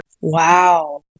Wow